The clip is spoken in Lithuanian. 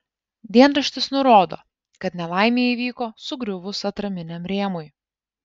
dienraštis nurodo kad nelaimė įvyko sugriuvus atraminiam rėmui